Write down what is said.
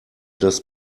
das